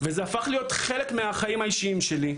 וזה הפך להיות חלק מהחיים האישיים שלי,